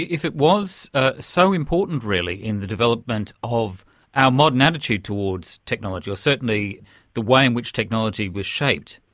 if it was so important really in the development of our modern attitude towards technology or certainly the way in which technology was shaped,